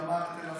ימ"ר תל אביב,